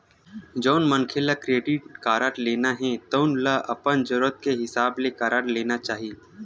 जउन मनखे ल क्रेडिट कारड लेना हे तउन ल अपन जरूरत के हिसाब ले कारड लेना चाही